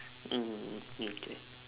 mm okay